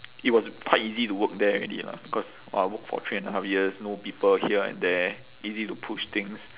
it was quite easy to work there already lah because !wah! I work for three and a half years know people here and there easy to push things